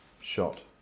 shot